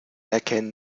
erkennen